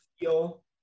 feel